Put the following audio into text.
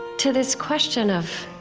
to this question of